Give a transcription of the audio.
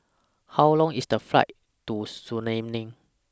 How Long IS The Flight to